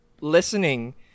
listening